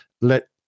Let